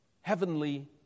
heavenly